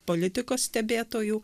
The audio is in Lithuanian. politikos stebėtojų